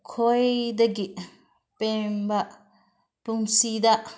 ꯈ꯭ꯋꯥꯏꯗꯒꯤ ꯄꯦꯟꯕ ꯄꯨꯟꯁꯤꯗ